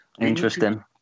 Interesting